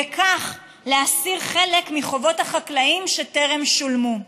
ובכך להסיר חלק מחובות החקלאים שטרם שולמו.